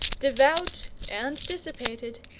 devout and dissipated,